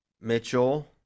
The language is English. Mitchell